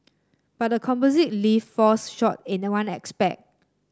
but the composite lift falls short in a one aspect